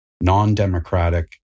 non-democratic